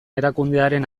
erakundearen